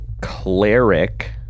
Cleric